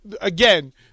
Again